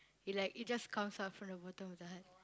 is like it just comes up from the bottom of the heart